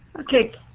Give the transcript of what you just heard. okay.